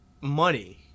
money